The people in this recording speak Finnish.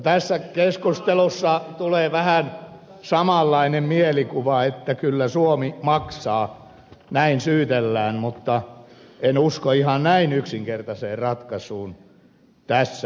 tässä keskustelussa tulee vähän samanlainen mielikuva että kyllä suomi maksaa näin syytellään mutta en usko ihan näin yksinkertaiseen ratkaisuun tässä asiassa